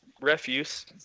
refuse